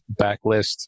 backlist